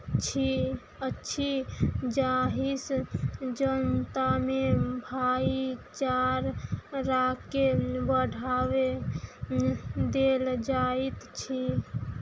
छी अछि जाहिसँ जनतामे भाईचाराके बढावा देल जाइत छी